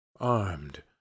armed